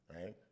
Right